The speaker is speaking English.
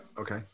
okay